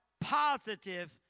positive